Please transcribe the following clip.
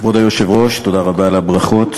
כבוד היושב-ראש, תודה רבה על הברכות,